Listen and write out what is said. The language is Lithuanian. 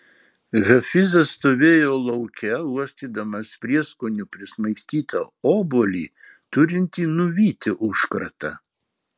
hafizas stovėjo lauke uostydamas prieskonių prismaigstytą obuolį turintį nuvyti užkratą